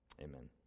Amen